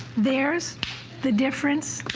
there is the difference,